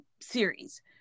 series